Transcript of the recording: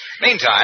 Meantime